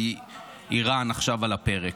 כי עכשיו איראן על הפרק.